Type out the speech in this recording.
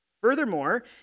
Furthermore